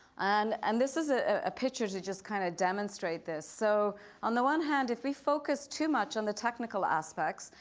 and and this is a ah picture to just kind of demonstrate this. so on the one hand if we focus too much on the technical aspects,